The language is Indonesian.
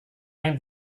yang